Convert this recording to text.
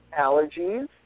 allergies